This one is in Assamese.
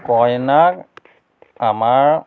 কইনাক আমাৰ